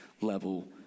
level